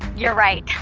you're right!